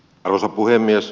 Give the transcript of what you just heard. arvoisa puhemies